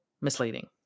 misleading